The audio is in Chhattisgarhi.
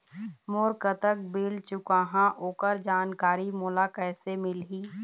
मोर कतक बिल चुकाहां ओकर जानकारी मोला कैसे मिलही?